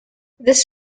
this